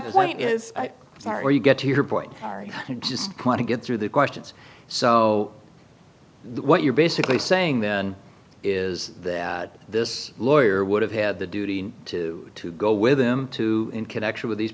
you just want to get through the questions so what you're basically saying then is that this lawyer would have had the duty to to go with him to in connection with these